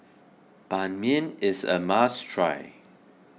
Ban Mian is a must try